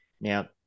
Now